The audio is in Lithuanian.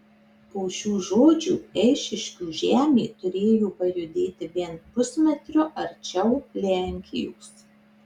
po šių žodžių eišiškių žemė turėjo pajudėti bent pusmetriu arčiau lenkijos